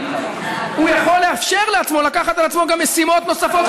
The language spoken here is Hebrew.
הוא יכול לאפשר לעצמו לקחת על עצמו גם משימות נוספות,